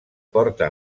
porta